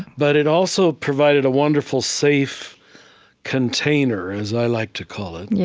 but it also provided a wonderful safe container as i like to call it. yeah